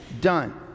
done